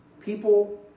People